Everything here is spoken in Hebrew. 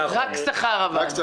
אבל רק שכר.